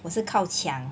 我是靠墙